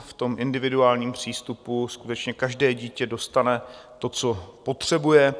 V tom individuálním přístupu skutečně každé dítě dostane to, co potřebuje.